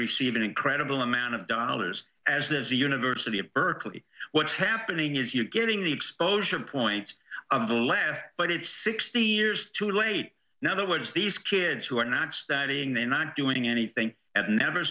receive an incredible amount of dollars as does the university of berkeley what's happening is you're getting the exposure point of the last but it's sixty years too late now there were just these kids who are not studying they're not doing anything at never